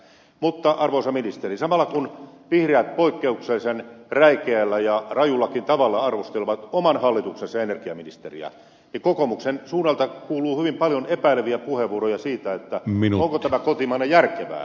mutta arvoisa ministeri samalla kun vihreät poikkeuksellisen räikeällä ja rajullakin tavalla arvostelevat oman hallituksensa energiaministeriä niin kokoomuksen suunnalta kuuluu hyvin paljon epäileviä puheenvuoroja siitä onko tämä kotimainen järkevää